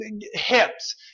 hips